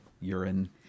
urine